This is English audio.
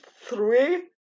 three